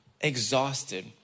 exhausted